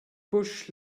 bush